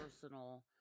personal